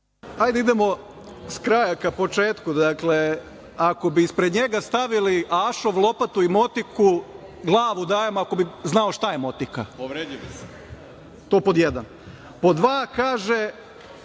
Ajde idemo sa kraja ka početku. Ako bi ispred njega stavili ašov, lopatu i motiku, glavu dajem ako bi znao šta je motika. To pod jedan. Pod